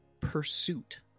pursuit